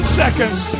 seconds